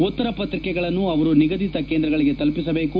ಉತ್ತರ ಪತ್ರಿಕೆಗಳನ್ನು ಅವರು ನಿಗದಿತ ಕೇಂದ್ರಗಳಿಗೆ ತಲುಪಿಸಬೇಕು